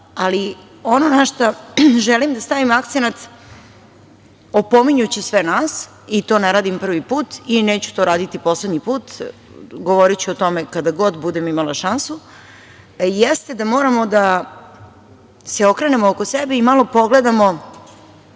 ono na šta želim da stavim akcenat opominjući sve nas, i to ne radim prvi put, i neću to raditi poslednji put, govoriću o tome kada god budem imala šansu, jeste da moramo da se okrenemo oko sebe i malo pogledamo